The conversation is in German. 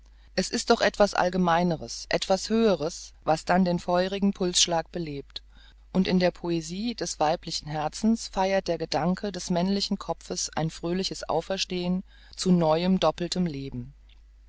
es ist doch etwas allgemeineres etwas höheres was dann den feurigen pulsschlag belebt und in der poesie des weiblichen herzens feiert der gedanke des männlichen kopfes ein fröhliches auferstehen zu neuem doppeltem leben